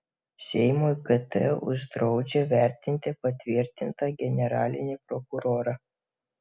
seimui kt uždraudžia vertinti patvirtintą generalinį prokurorą